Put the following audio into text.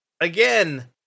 again